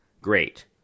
Great